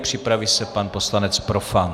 Připraví se pan poslanec Profant.